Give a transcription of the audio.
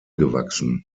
gewachsen